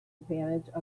advantage